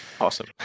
Awesome